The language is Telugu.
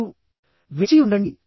40 వరకు వేచి ఉండండి